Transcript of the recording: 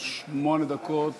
שמונה דקות.